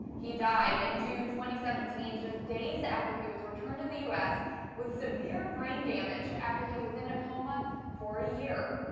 he died in june twenty seventeen, just days after he was returned to the u s with severe brain damage. after he was in a coma for a year.